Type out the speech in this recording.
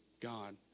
God